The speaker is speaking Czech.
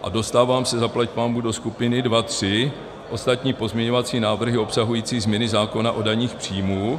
A dostávám se, zaplať pánbůh, do skupiny 2.3 ostatní pozměňovací návrhy obsahující změny zákona o daních z příjmů.